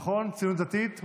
נכון, ציונות דתית?